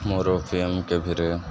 ମୋର ପିଏମ୍କେଭିରେ